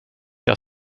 jag